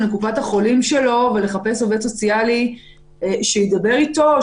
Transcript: לקופת החולים ולחפש עובד סוציאלי שידבר איתו.